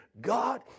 God